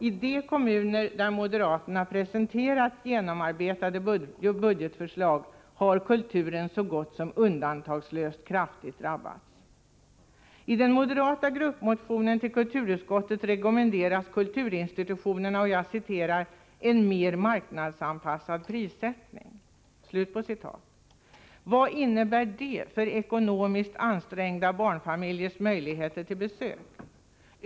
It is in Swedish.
I de kommuner där moderaterna har presenterat genomarbetade budgetförslag har kulturen så gott som undantagslöst kraftigt drabbats. I den moderata gruppmotionen till kulturutskottet rekommenderas kulturinstitutionerna ”en mer marknadsanpassad prissättning”. Vad innebär det för ekonomiskt ansträngda barnfamiljers möjligheter till besök?